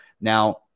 Now